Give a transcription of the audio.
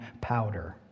powder